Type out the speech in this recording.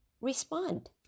respond